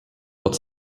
pod